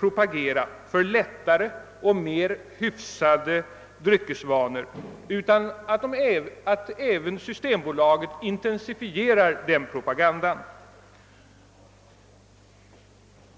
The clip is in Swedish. propagera för lättare och mer hyfsade dryckesvanor utan att det också intensifierar denna propaganda.